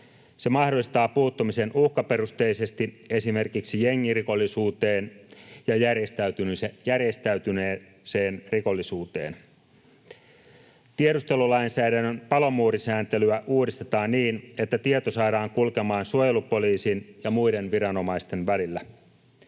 Se mahdollistaa puuttumisen uhkaperusteisesti esimerkiksi jengirikollisuuteen ja järjestäytyneeseen rikollisuuteen. Tiedustelulainsäädännön palomuurisääntelyä uudistetaan niin, että tieto saadaan kulkemaan suojelupoliisin ja muiden viranomaisten välillä.